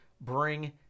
bring